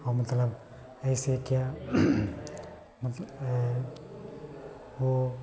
और मतलब ऐसे क्या मत वो